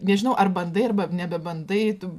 nežinau ar bandai arba nebebandai tu